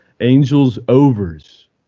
Angels-overs